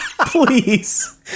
please